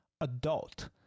adult